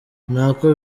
ntako